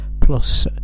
plus